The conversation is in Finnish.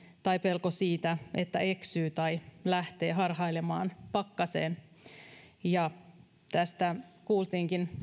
tai että hän eksyy tai lähtee harhailemaan pakkaseen tästä kuultiinkin